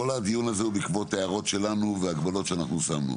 כל הדיון הזה הוא בעקבות ההערות שלנו והגבולות שאנחנו שמנו.